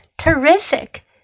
terrific